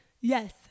yes